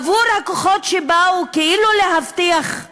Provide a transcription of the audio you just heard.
עבור הכוחות שבאו כאילו לאבטח.